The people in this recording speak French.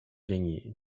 gagné